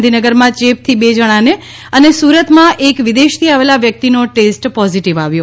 ગાંધીનગરમાં ચેપથી બે જણાને અને સુરતમાં એક વિદેશથી આવેલ વ્યક્તિનો ટેસ્ટ પોઝીટીવ આવ્યો